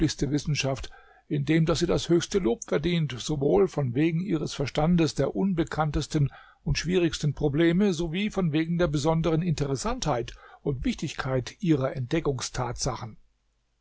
wissenschaft indem daß sie das höchste lob verdient sowohl von wegen ihres verstandes der unbekanntesten und schwierigsten probleme sowie von wegen der besonderen interessantheit und wichtigkeit ihrer